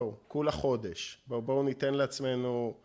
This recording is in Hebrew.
בואו, כולה חודש בואו בואו ניתן לעצמנו